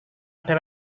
ada